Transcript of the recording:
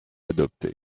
adopté